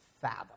fathom